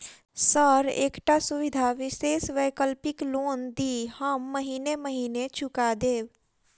Sir एकटा सुविधा विशेष वैकल्पिक लोन दिऽ हम महीने महीने चुका देब?